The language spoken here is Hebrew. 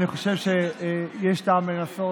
אני חושב שיש טעם לנסות,